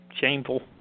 shameful